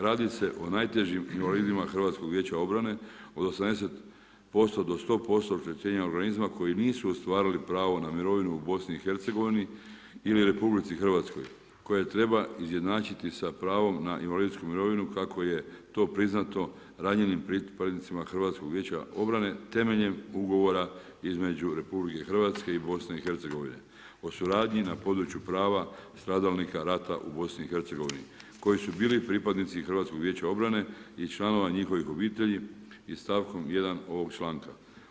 Radi se o najtežim invalidima HVO-a od 80% do 100% oštećenja organizma koji nisu ostvarili pravo na mirovinu u BiH-a ili u RH koju treba izjednačiti sa pravom na invalidsku mirovinu kako je to priznato ranjenim pripadnicima HVO-a temeljem Ugovora između RH i BiH-a o suradnji na području prava stradalnika rata u BiH-a koji su bili pripadnici HVO-a i članova njihovih obitelji i stavkom 1. ovog članka.